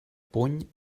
puny